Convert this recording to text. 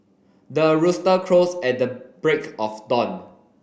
the rooster crows at the break of dawn